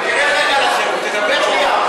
זה לא נכון.